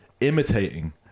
imitating